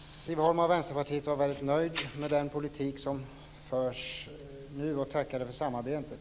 Fru talman! Siv Holma och Vänsterpartiet har varit nöjda med den politik som förs nu, och hon tackade för samarbetet.